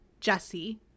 Jesse